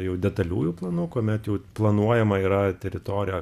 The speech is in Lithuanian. jau detaliųjų planų kuomet jau planuojama yra teritorija